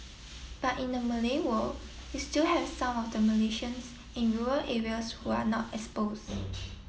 but in the Malay world you still have some of the Malaysians in rural areas who are not exposed